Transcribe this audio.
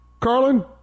Carlin